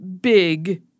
big